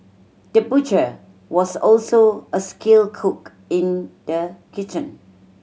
the butcher was also a skilled cook in the kitchen